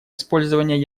использование